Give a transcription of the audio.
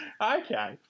Okay